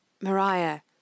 Maria